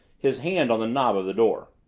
his hand on the knob of the door.